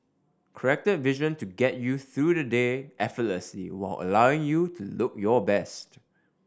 corrected vision to get you through the day effortlessly while allowing you to look your best